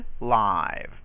live